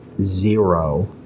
zero